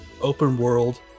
open-world